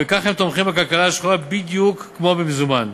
ובכך הם תומכים בכלכלה השחורה בדיוק כמו במזומן.